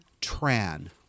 Tran